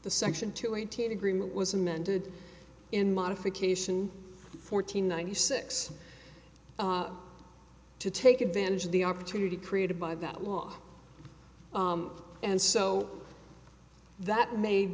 the section two eighteen agreement was amended in modification fourteen ninety six to take advantage of the opportunity created by that law and so that made